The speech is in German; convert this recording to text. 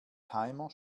timer